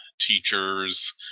teachers